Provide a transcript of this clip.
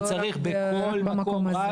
שצריך בכל מקום,